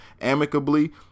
amicably